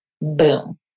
boom